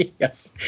Yes